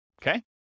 okay